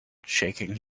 shaking